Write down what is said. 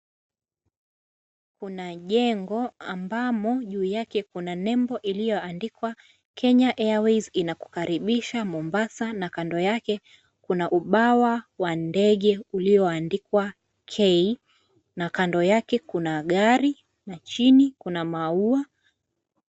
Kuna jengo ambamo juu yake kuna nembo iliyoandikwa Kenya Airways inakukaribisha Mombasa na kando yake kuna ubawa wa ndege ulioandikwa K na kando yake kuna gari na chini kuna maua.